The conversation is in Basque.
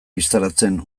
bistaratzen